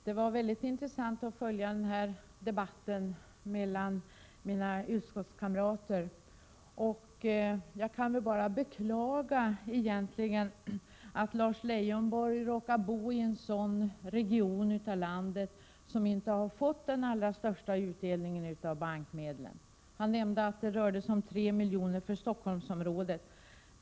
Herr talman! Det var mycket intressant att följa debatten mellan mina utskottskamrater. Jag beklagar bara att Lars Leijonborg råkar bo i en sådan region i detta land som inte har fått den allra största utdelningen av bankmedlen — han nämnde att det rörde sig om 3 miljoner för Stockholmsområdet.